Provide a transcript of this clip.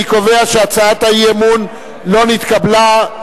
אני קובע שהצעת האי-אמון לא נתקבלה.